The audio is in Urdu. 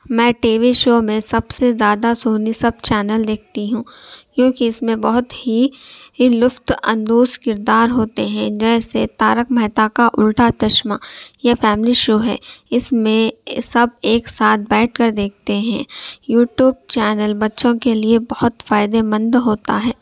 میں ٹی وی شو میں سب سے زیادہ سونی سب چینل دیکھتی ہوں کیونکہ اس میں بہت ہی لطف اندوز کردار ہوتے ہیں جیسے تارک مہتا کا الٹا چشمہ یہ فیملی شو ہے اس میں سب ایک ساتھ بیٹھ کر دیکھتے ہیں یوٹیوب چینل بچوں کے لیے بہت فائدہ مند ہوتا ہے